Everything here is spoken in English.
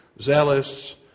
zealous